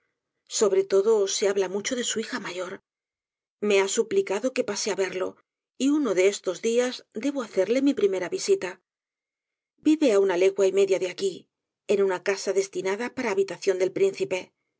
sobre todo se habla mucho de su hija mayor me ha suplicado que pase á verlo y uno de estos dias debo hacerle mi primera visita vive á una legua y media de aquí en una casa destinada para habitación del príncipe